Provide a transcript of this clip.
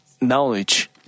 knowledge